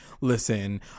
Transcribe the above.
listen